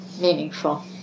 meaningful